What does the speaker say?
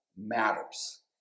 matters